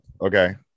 Okay